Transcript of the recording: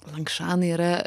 langšanai yra